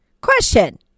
Question